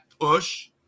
push